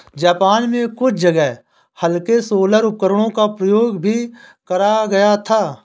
Japan में कुछ जगह हल्के सोलर उपकरणों का प्रयोग भी करा गया था